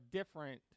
different